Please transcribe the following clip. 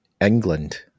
England